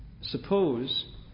suppose